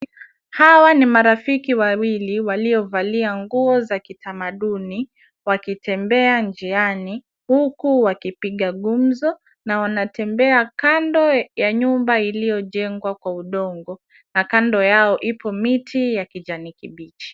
Hawa ni marafiki wawili waliovalia nguo za kitamaduni, wakitembea njiani huku wakipiga gumzo, na wanatembea kando ya nyumba iliyojengwa kwa udongo na kando yao ipo miti ya kijani kibichi.